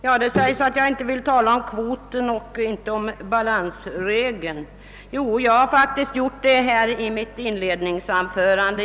Herr talman! Det sägs att jag inte vill tala om vare sig kvoten eller balansregeln, men det har jag faktiskt gjort i mitt inledningsanförande.